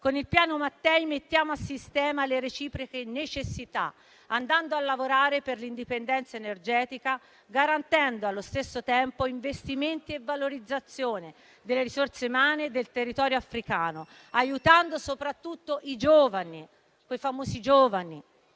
Con il Piano Mattei mettiamo a sistema le reciproche necessità, andando a lavorare per l'indipendenza energetica, garantendo allo stesso tempo investimenti e valorizzazione delle risorse umane del territorio africano, aiutando soprattutto i giovani,